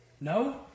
No